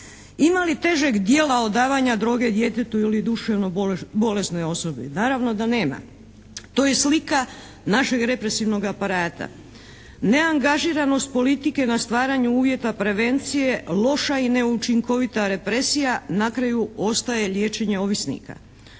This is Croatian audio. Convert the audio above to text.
Ima li težeg djela od davanja droge djetetu ili duševno bolesnoj osobi? Naravno da nema. To je slika našeg represivnog aparata. Neangažiranost politike na stvaranju uvjeta prevencije, loša i neučinkovita represija na kraju ostaje liječenje ovisnika.